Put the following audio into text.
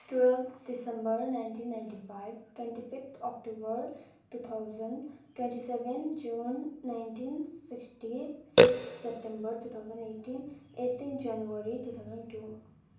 twelfth December nineteen ninety five twenty fifth October two thousand twenty seven June nineteen sixty fifth September two thousand eighteen eighteen January two thousand to